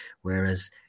Whereas